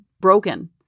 broken